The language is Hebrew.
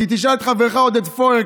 כי תשאל את חברך עודד פורר.